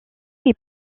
est